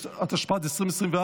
36), התשפ"ד 2024,